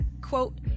quote